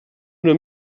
una